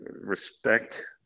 respect